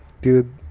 dude